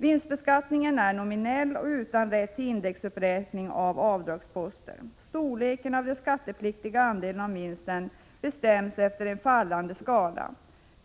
Vinstbeskattningen är nominell och ger inte rätt till indexuppräkning av avdragsposten. Storleken av den skattepliktiga andelen av vinsten bestäms efter en fallande skala.